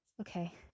Okay